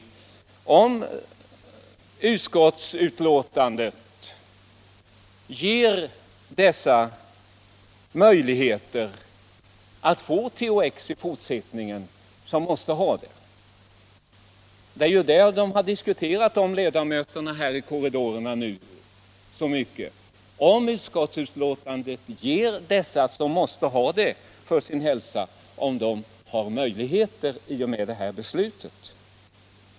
Medger utskottsbetänkandet, om riksdagens beslut följer utskottets förslag, att det finns möjligheter för dem som måste ha THX-preparat att få det i fortsättningen? Det är den frågan som riksdagsledamöterna nu har diskuterat här i korridorerna.